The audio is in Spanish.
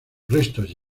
restos